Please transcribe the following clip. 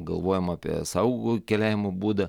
galvojam apie saugų keliavimo būdą